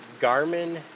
Garmin